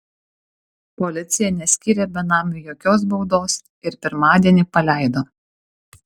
policija neskyrė benamiui jokios baudos ir pirmadienį paleido